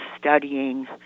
studying